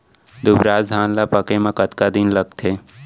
दुबराज धान ला पके मा कतका दिन लगथे?